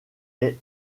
est